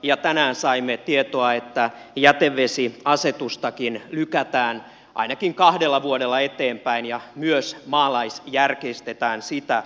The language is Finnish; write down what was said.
ja tänään saimme tietoa että jätevesiasetustakin lykätään ainakin kahdella vuodella eteenpäin ja myös maalaisjärkeistetään sitä